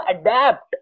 adapt